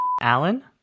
Alan